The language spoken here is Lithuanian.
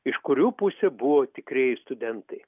iš kurių pusė buvo tikrieji studentai